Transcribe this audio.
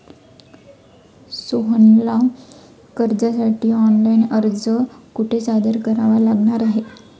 सोहनला कर्जासाठी ऑनलाइन अर्ज कुठे सादर करावा लागणार आहे?